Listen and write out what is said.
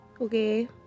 Okay